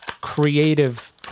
creative